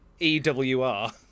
EWR